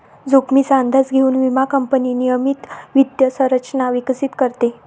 जोखमीचा अंदाज घेऊन विमा कंपनी नियमित वित्त संरचना विकसित करते